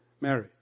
Mary